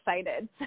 excited